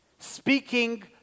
Speaking